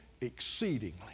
exceedingly